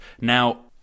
Now